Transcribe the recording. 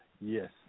Yes